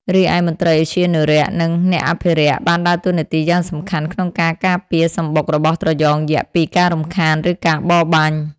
រីឯមន្ត្រីឧទ្យានុរក្ស និង អ្នកអភិរក្ស បានដើរតួនាទីយ៉ាងសំខាន់ក្នុងការការពារសម្បុករបស់ត្រយងយក្សពីការរំខាន ឬការបរបាញ់។